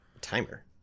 Timer